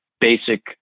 basic